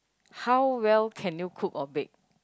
how well can you cook or bake